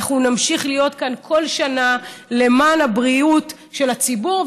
אנחנו נמשיך להיות כאן כל שנה למען הבריאות של הציבור,